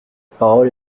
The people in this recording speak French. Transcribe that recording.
parole